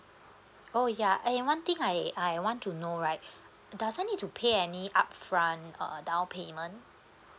oh ya and one thing I I want to know right does I need to pay any upfront uh down payment